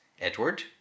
Edward